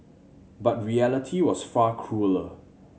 but reality was far crueller